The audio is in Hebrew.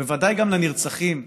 ובוודאי גם לנרצחים,